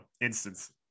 instance